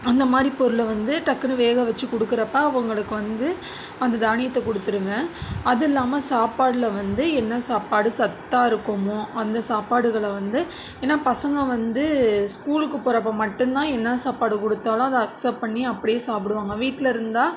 அந்தமாதிரி பொருளை வந்து டக்குன்னு வேக வச்சு கொடுக்குறப்ப அவங்களுக்கு வந்து அந்த தானியத்தை கொடுத்துருவேன் அது இல்லாமல் சாப்பாட்டில் வந்து என்ன சாப்பாடு சத்தாக இருக்குமோ அந்த சாப்பாடுகளை வந்து ஏன்னால் பசங்க வந்து ஸ்கூலுக்கு போகிறப்ப மட்டுந்தான் என்ன சாப்பாடு கொடுத்தாலும் அதை அக்ஸப்ட் பண்ணி அப்படியே சாப்பிடுவாங்க வீட்டில் இருந்தால்